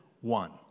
one